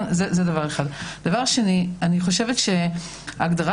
דבר שני, לגבי ההגדרה